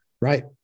right